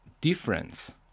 difference